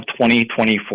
2024